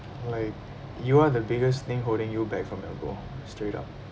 like you are the biggest thing holding you back from your goal straight up